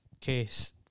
case